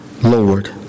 Lord